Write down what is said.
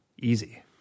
easy